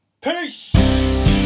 Peace